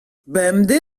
bemdez